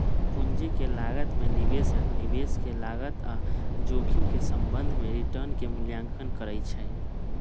पूंजी के लागत में निवेशक निवेश के लागत आऽ जोखिम के संबंध में रिटर्न के मूल्यांकन करइ छइ